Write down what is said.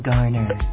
Garner